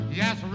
yes